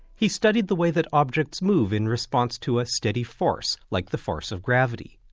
he studied the way that objects move in response to a steady force, like the force of gravity.